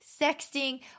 sexting